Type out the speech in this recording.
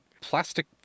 plastic